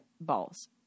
balls